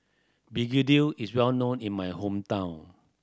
begedil is well known in my hometown